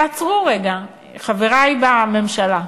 תעצרו רגע, חברי בממשלה.